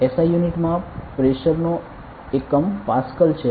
SI unit માં pressure નો એકમ પાસકલ છે